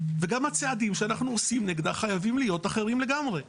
וגם הצעדים שאנחנו עושים נגדה חייבים להיות אחרים לגמרי.